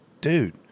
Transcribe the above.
dude